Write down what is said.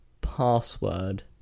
password